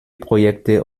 projekte